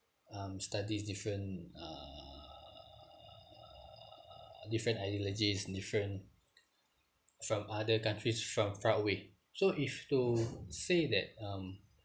um studies different err different ideologies different from other countries from far away so if you were to say that um